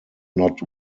not